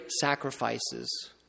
sacrifices